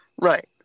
Right